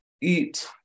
eat